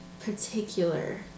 particular